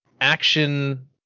action